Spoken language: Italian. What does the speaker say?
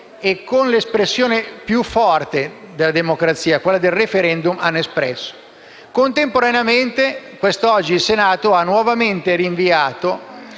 Grazie,